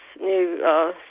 new